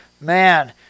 man